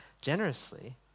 generously